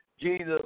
Jesus